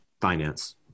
finance